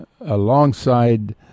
alongside